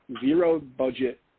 zero-budget